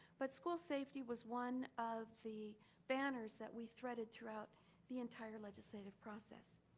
but school safety was one of the banners that we threaded throughout the entire legislative process.